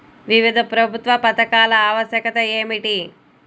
వివిధ ప్రభుత్వా పథకాల ఆవశ్యకత ఏమిటి?